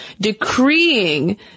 decreeing